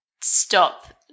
stop